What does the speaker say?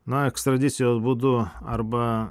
na ekstradicijos būdu arba